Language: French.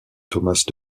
tomáš